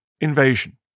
invasion